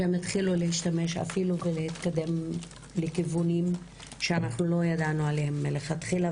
הם התחילו להשתמש ואפילו להתקדם לכיוונים שלא ידענו עליהם מלכתחילה,